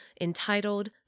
entitled